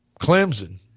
Clemson